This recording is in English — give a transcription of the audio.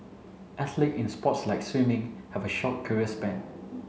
athlete in sports like swimming have a short career span